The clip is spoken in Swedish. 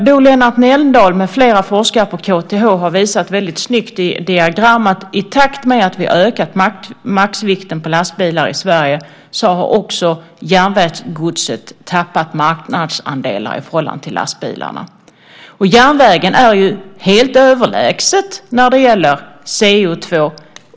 Bo-Lennart Nelldal med flera forskare på KTH har visat snyggt i diagram att i takt med att vi har ökat maxvikten på lastbilar i Sverige har också järnvägsgodset tappat marknadsandelar i förhållande till lastbilarna. Järnvägen är helt överlägsen när det gäller CO2.